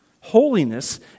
Holiness